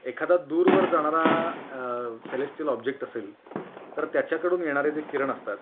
एखादा दूरवर जाणारा सेलेस्टियल ऑब्जेक्ट असेल तर त्याच्याकडून येणारे जे किरण असतात